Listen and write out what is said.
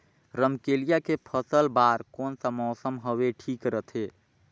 रमकेलिया के फसल बार कोन सा मौसम हवे ठीक रथे?